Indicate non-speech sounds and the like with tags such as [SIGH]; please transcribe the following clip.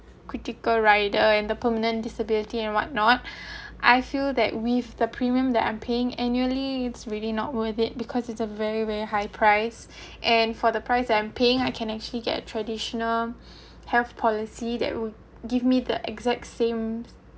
critical rider and the permanent disability and whatnot I feel that with the premium that I'm paying annually it really not worth it because it's a very very high price and for the price I'm paying I can actually get a traditional [BREATH] health policy that would give me the exact same